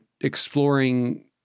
exploring